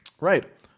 Right